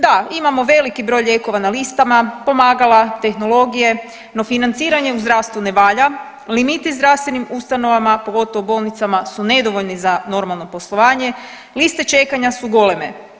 Da, imamo veliki broj lijekova na listama, pomagala, tehnologije, no financiranje u zdravstvu ne valja, limiti zdravstvenim ustanovama, pogotovo bolnicama su nedovoljni za normalno poslovanje, liste čekanja su goleme.